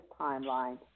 timeline